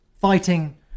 fighting